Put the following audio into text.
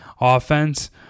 offense